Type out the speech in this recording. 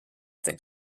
think